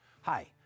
Hi